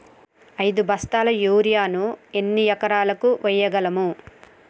ఐదు బస్తాల యూరియా ను ఎన్ని ఎకరాలకు వేయగలము?